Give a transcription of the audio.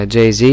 Jay-Z